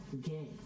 gay